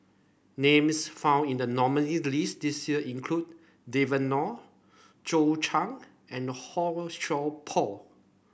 names found in the nominees' list this year include Devan Nair Zhou Can and Han Sai Por